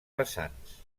vessants